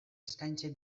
eskaintzen